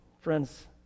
Friends